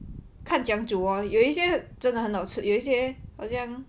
看怎样煮 hor 有一些真的很好吃有一些好像